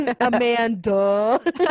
Amanda